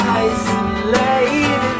isolated